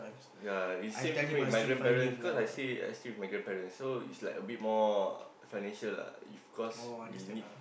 ya it's same to me my grandparents cause I stay I stay with my grandparents so it's like a bit more financial lah if cause we need